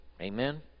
Amen